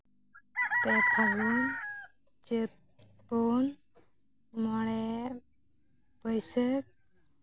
ᱯᱨᱚᱛᱷᱚᱢᱟ ᱪᱟᱹᱛ ᱯᱩᱱ ᱢᱚᱬᱮ ᱵᱟᱹᱭᱥᱟᱠᱷ